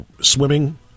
swimming